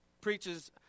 preaches